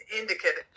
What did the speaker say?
indicate